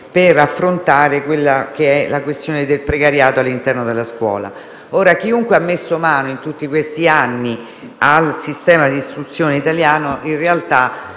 per affrontare la questione del precariato all'interno della scuola. Chiunque abbia messo mano, in tutti questi anni, al sistema di istruzione italiano, in realtà